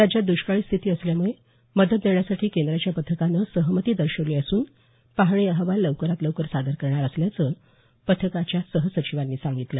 राज्यात दष्काळी स्थिती असल्यामुळे मदत देण्यासाठी केंद्राच्या पथकानं सहमती दर्शवली असून पाहणी अहवाल लवकरात लवकर सादर करणार असल्याचं पथकाच्या सहसचिवांनी सांगितलं